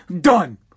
done